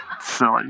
silly